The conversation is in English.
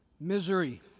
Misery